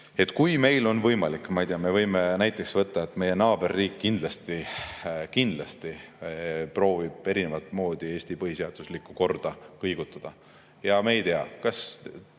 Kui meil on võimalik, ma ei tea ... Me võime näiteks võtta, et meie naaberriik kindlasti proovib erinevat moodi Eesti põhiseaduslikku korda kõigutada, ja kui meil esineb